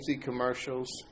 commercials